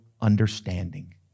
understanding